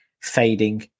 fading